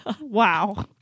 Wow